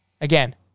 again